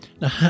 Now